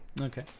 Okay